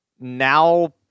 now